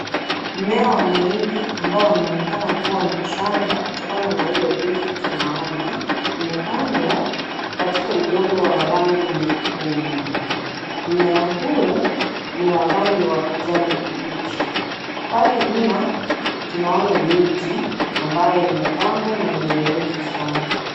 Mmea wa mahindi ambao unaonekana kuwa mchanga kutokana na ule urefu tunaona umepandwa katika udongo wa rangi nyekundu. Mmea huo ni wa rangi ya kijani kibichi, pale nyuma tunaona miti ambayo imepandwa na ni mirefu Sana.